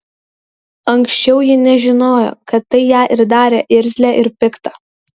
anksčiau ji nežinojo kad tai ją ir darė irzlią ir piktą